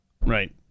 Right